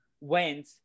went